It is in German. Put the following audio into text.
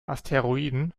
asteroiden